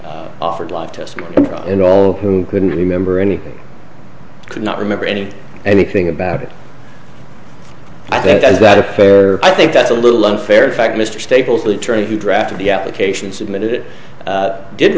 test and all of whom couldn't remember anything i could not remember any anything about it i think that's fair i think that's a little unfair in fact mr staples the attorney who drafted the application submitted it